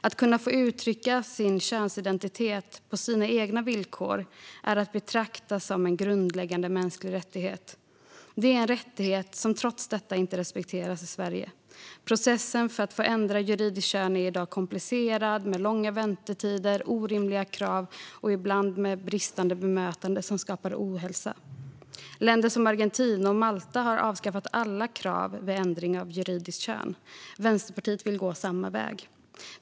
Att få uttrycka sin könsidentitet på sina egna villkor är att betrakta som en grundläggande mänsklig rättighet. Det är en rättighet som trots detta inte respekteras i Sverige. Processen för att få ändra juridiskt kön är i dag komplicerad med långa väntetider, orimliga krav och ibland bristande bemötande som skapar ohälsa. Länder som Argentina och Malta har avskaffat alla krav vid ändring av juridiskt kön. Vänsterpartiet vill gå samma väg.